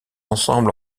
ensembles